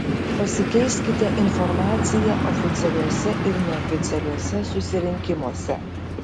pasikeiskite informacija oficialiuose ir neoficialiuose susirinkimuose